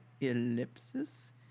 ellipsis